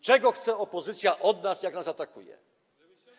Czego chce opozycja od nas, gdy nas atakuje?